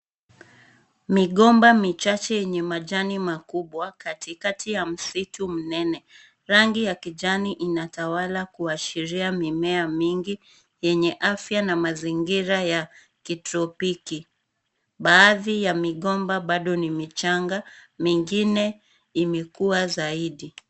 Migomba michache yenye majani makubwa katikati ya msitu mnene. Rangi ya kijani inatawala kuashiria mimea mingi ,yenye afya na mazingira ya kitropiki. Baadhi ya migomba bado ni michanga, mingine imekuwa zaidi.